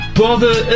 bother